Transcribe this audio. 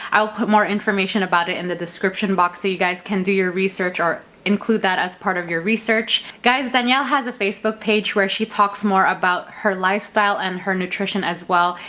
i'll put more information about it in the description box so you guys can do your research or include that as part of your research. guys, danielle has a facebook page where she talks more about her lifestyle and her nutrition as well,